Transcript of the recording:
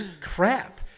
crap